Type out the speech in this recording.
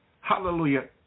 Hallelujah